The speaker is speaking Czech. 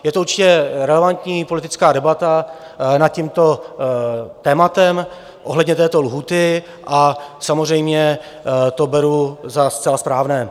Je to určitě relevantní politická debata nad tímto tématem ohledně této lhůty a samozřejmě to beru za zcela správné.